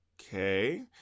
Okay